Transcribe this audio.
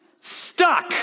stuck